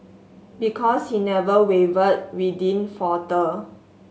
because he never wavered we didn't falter